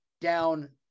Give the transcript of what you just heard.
down